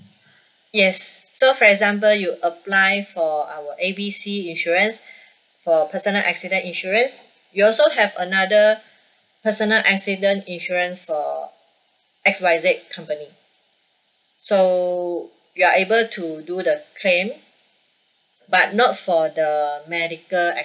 yes so for example you apply for our B C insurance for personal accident insurance you also have another personal accident insurance or X Y Z company so you are able to do the claim but not for the medical